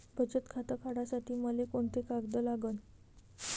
बचत खातं काढासाठी मले कोंते कागद लागन?